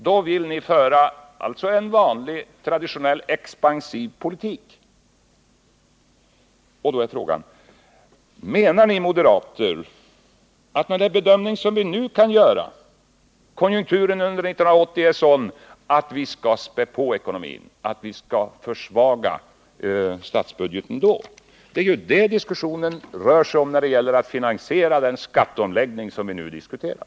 Ni vill alltså föra en vanlig, traditionell expansiv politik. Då är frågan: Menar ni moderater att — med den bedömning som man nu kan göra — konjunkturen under 1980 blir sådan att vi skall spä på ekonomin, att vi skall försvaga statsbudgeten då? Det är ju det diskussionen rör sig om när det gäller att finansiera den skatteomläggning som vi nu diskuterar.